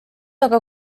aga